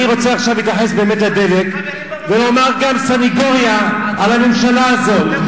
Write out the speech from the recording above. אני רוצה להתייחס עכשיו לדלק ולומר גם סניגוריה על הממשלה הזאת,